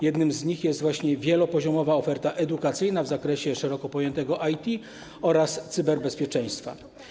Jednym z nich jest właśnie wielopoziomowa oferta edukacyjna w zakresie szeroko pojętego IT oraz cyberbezpieczeństwa.